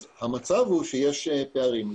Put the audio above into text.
המצב הוא שיש פערים.